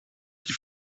στη